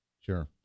Sure